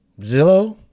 Zillow